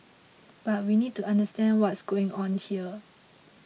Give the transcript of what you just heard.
but we need to understand what's going on here